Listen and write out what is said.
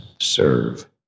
serve